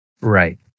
Right